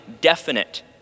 definite